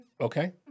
Okay